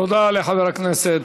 תודה לחבר הכנסת